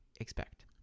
expect